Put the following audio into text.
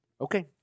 Okay